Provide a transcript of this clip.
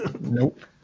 Nope